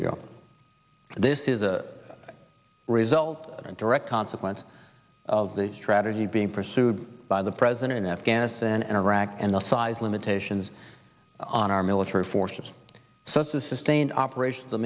ago this is a result direct consequence of the strategy being pursued by the president in afghanistan and iraq and the size limitations on our military forces such as sustained operations the